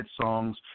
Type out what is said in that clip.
songs